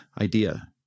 idea